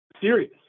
serious